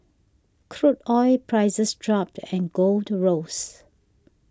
crude oil prices dropped and gold rose